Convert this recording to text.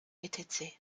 etc